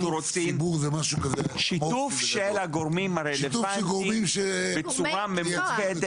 אנחנו רוצים שיתוף של הגורמים הרלוונטיים בצורה ממוקדת.